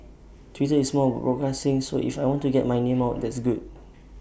Twitter is more broadcasting so if I want to get my name out that's good